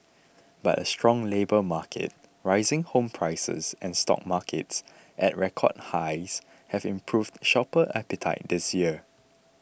but a strong labour market rising home prices and stock markets at record highs have improved shopper appetite this year